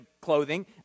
clothing